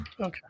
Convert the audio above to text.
okay